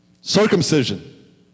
Circumcision